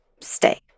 stay